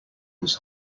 was